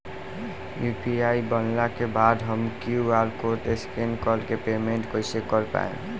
UPI बनला के बाद हम क्यू.आर कोड स्कैन कर के पेमेंट कइसे कर पाएम?